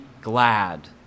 glad